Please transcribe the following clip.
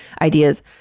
ideas